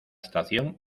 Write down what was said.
estación